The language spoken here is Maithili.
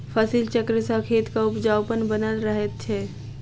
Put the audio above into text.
फसिल चक्र सॅ खेतक उपजाउपन बनल रहैत छै